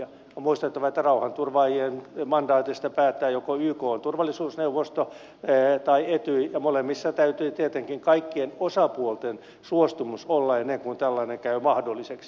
on muistettava että rauhanturvaajien mandaatista päättää joko ykn turvallisuusneuvosto tai etyj ja molemmissa täytyy tietenkin kaikkien osapuolten suostumus olla ennen kuin tällainen käy mahdolliseksi